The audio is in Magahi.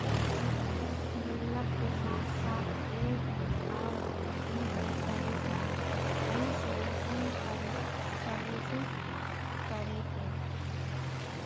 गुल्लक के साथ साथ और भी ढेर तरीका हइ सेविंग्स करे के